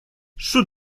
should